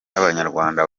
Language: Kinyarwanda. abanyarwanda